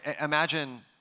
imagine